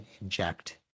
inject